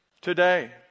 today